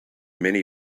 many